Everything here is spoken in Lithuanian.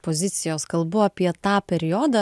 pozicijos kalbu apie tą periodą